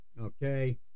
Okay